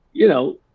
you know,